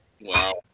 wow